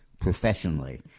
professionally